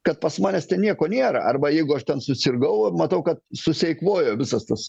kad pas manęs ten nieko nėra arba jeigu aš ten susirgau matau kad sueikvojo visas tas